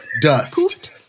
dust